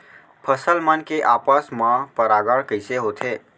फसल मन के आपस मा परागण कइसे होथे?